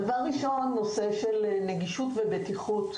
הדבר הראשון הוא הנושא של נגישות ובטיחות.